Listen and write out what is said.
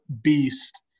beast